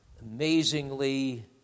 amazingly